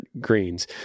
Greens